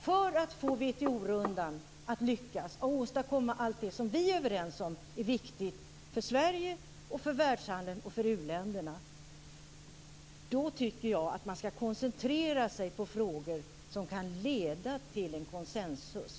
För att få WTO-rundan att lyckas åstadkomma allt det som vi är överens om är viktigt för Sverige, för världshandeln och för u-länderna tycker jag att man skall koncentrera sig på frågor som kan leda till en konsensus.